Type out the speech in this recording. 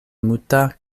muta